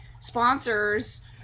sponsors